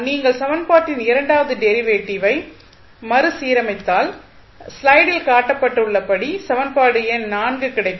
நீங்கள் சமன்பாட்டின் இரண்டாவது டெரிவேட்டிவை மறுசீரமைத்தால் ஸ்லைடில் காட்டப்பட்டுள்ளபடி சமன்பாடு எண் கிடைக்கும்